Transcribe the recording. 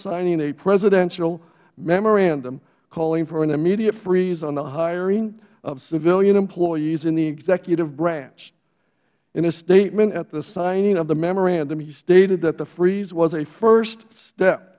signing a presidential memorandum calling for an immediate freeze on the hiring of civilian employees in the executive branch in a statement at the signing of the memorandum he stated that the freeze was a first step